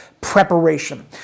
preparation